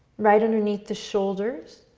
right underneath the shoulders.